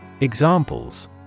Examples